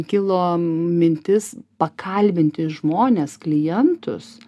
kilo mintis pakalbinti žmones klientus